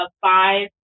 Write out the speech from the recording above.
five